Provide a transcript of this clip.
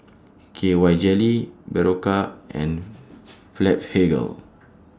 K Y Jelly Berocca and Blephagel